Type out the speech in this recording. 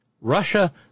Russia